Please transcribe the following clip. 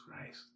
Christ